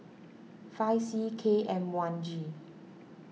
five C K M one G